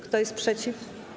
Kto jest przeciw?